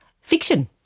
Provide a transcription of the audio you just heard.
Fiction